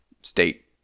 state